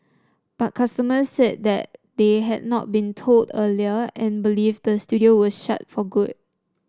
but customers said that they had not been told earlier and believe the studio was shut for good